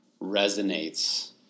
resonates